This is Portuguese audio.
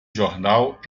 jornal